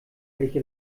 welche